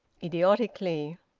idiotically.